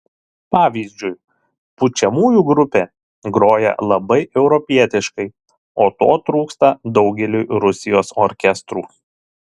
pavyzdžiui pučiamųjų grupė groja labai europietiškai o to trūksta daugeliui rusijos orkestrų